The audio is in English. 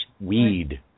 weed